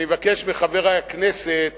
אני מבקש מחברי הכנסת